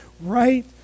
right